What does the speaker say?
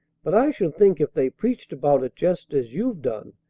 but i should think if they preached about it just as you've done,